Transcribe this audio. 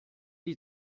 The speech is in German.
die